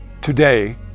Today